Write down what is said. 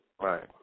Right